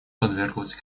подверглась